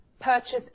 purchase